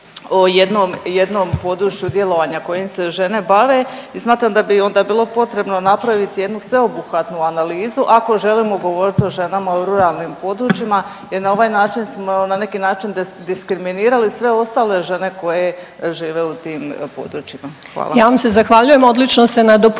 jednom području djelovanja kojim se žene bave i smatram da bi onda bilo potrebno napraviti jednu sveobuhvatnu analizu ako želimo govorit o ženama u ruralnim područjima jer na ovaj način smo na neki način diskriminirali sve ostale žene koje žive u tim područjima, hvala.